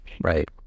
Right